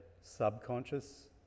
subconscious